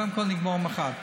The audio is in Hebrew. קודם כול, נגמור עם אחת.